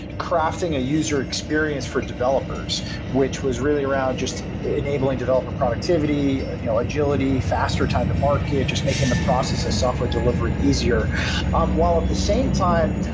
crafting a user experience for developers which was really around, just enabling developer productivity, you know, agility, faster time to market, just making the process of software delivery easier um while at the same time,